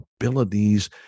abilities